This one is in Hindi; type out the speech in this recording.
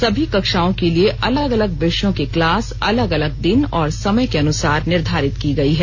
सभी कक्षाओं के लिए अलग अलग विषयों की क्लास अलग अलग दिन और समय के अनुसार निर्धारित की गई है